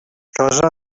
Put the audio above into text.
casa